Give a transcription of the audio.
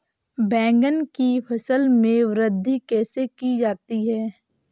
बैंगन की फसल में वृद्धि कैसे की जाती है?